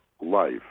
life